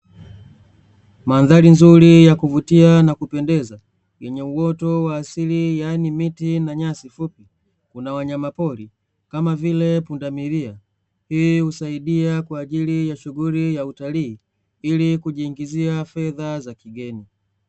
Mandhari nzuri ya kuvutia na kupendeza yenye uoto wa asili yaani miti na nyasi fupi, kuna wanyama pori kama vile punda milia. Hii husaidia kwa ajili ya shughuli ya utalii ili kujiingizia fedha za kigeni.